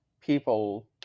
people